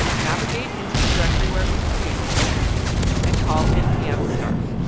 navigate into the directory where it was created and call npm start.